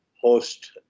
host